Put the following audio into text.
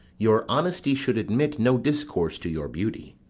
your honesty should admit no discourse to your beauty.